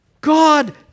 God